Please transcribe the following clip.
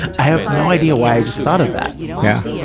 i have no idea why i just thought of that. yeah.